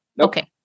Okay